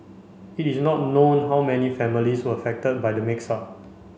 it is not known how many families were affected by the mix up